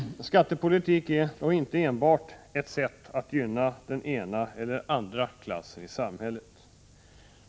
Skattepolitik är dock inte enbart ett sätt att gynna den ena eller andra klassen i samhället.